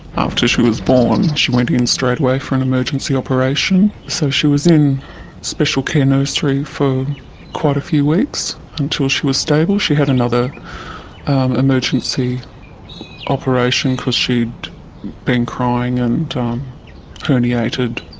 after she was born, she went in straight away for an emergency operation, so she was in special care nursery for quite a few weeks until she was stable. she had another emergency operation because she'd been crying and herniated